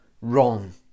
wrong